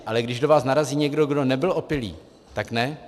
Ale když do vás narazí někdo, kdo nebyl opilý, tak ne?